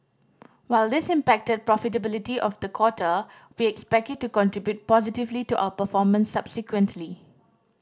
while this impacted profitability of the quarter we expect it to contribute positively to our performance subsequently